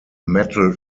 metal